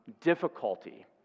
difficulty